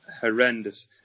Horrendous